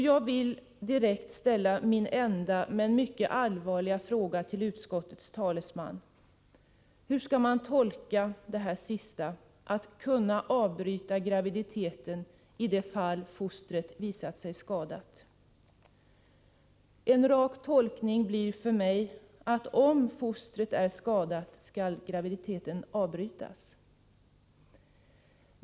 Jag vill direkt ställa min enda men mycket allvarliga fråga till utskottets talesman: Hur skall man tolka det sistnämnda uttalandet, ”att kunna avbryta graviditeten i de fall fostret visar sig vara skadat”? En rak tolkning blir för mig, att om fostret är skadat skall graviditeten avbrytas.